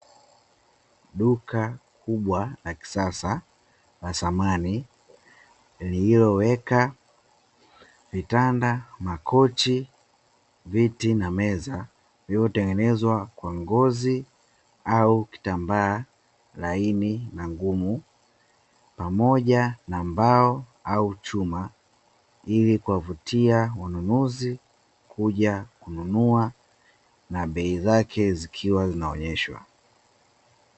Duka kubwa la kisasa la samani, lililoweka vitanda, makochi, viti na meza; vilivyotengenezwa kwa ngozi au kitambaa laini na ngumu, pamoja na mbao au chuma, ili kuwavutia wanunuzi kuja kununua, na bei zake zikiwa zinaonyeshwa.